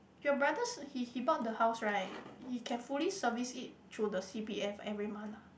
your brothers he he bought the house right he can fully service it though the C_P_F every month ah